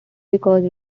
because